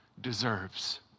deserves